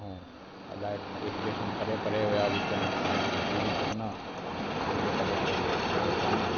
ऐं अलाए स्टेशन परे परे हुया विच में गाॾी रुकी बि कोन जंहिं जे करे उते कोई आयो कोन